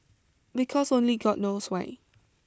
because only god knows why